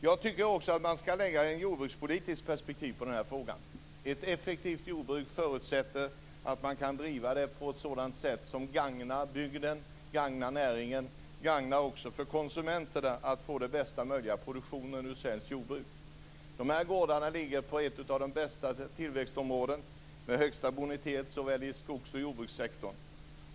Jag tycker också att man skall lägga ett jordbrukspolitiskt perspektiv på frågan. Ett effektivt jordbruk förutsätter att man kan driva det på ett sätt som gagnar bygden och näringen och som också gagnar konsumenterna, så att vi får den bästa möjliga produktionen ur svenskt jordbruk. Gårdarna ligger på ett av de bästa tillväxtområdena med högsta bonitet i såväl skogssom jordbrukssektorn.